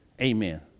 amen